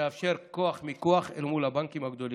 שתאפשר כוח מיקוח מול הבנקים הגדולים.